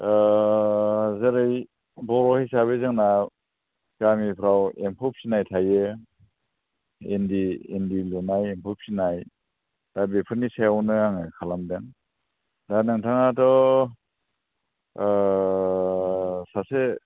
ओ जेरै बर' हिसाबै जोंना गामिफ्राव एम्फौ फिनाय थायो इन्दि लुनाय एम्फौ फिनाय दा बेफोरनि सायावनो आङो खालामदों दा नोंथाङाथ' ओ सासे